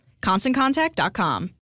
ConstantContact.com